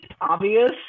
obvious